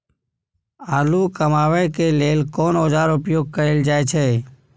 आलू कमाबै के लेल कोन औाजार उपयोग कैल जाय छै?